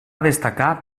destacà